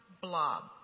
blob